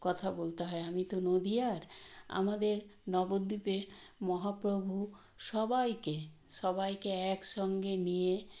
কথা বলতে হয় আমি তো নদীয়ার আমাদের নবদ্বীপে মহাপ্রভু সবাইকে সবাইকে একসঙ্গে নিয়ে